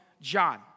John